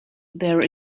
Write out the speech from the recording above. there